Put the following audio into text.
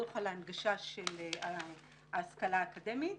הדוח על ההנגשה של ההשכלה האקדמית.